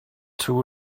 too